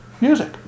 music